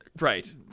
Right